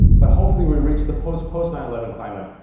but hopefully we've reached the post post nine eleven climate.